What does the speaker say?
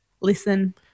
listen